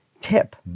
tip